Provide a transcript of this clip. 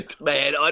Man